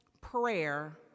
prayer